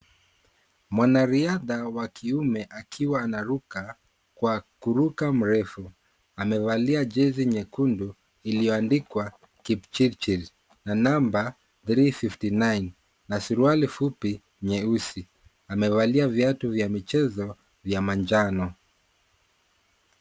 Mwanariadha wa kiume akiwa anaruka kwa kuruka mrefu na amevalia jezi nyekundu iliyoandikwa kipchirchir na namba three fifty nine na suruali fupi nyeusi na amevalia viatu vya michezo manjano.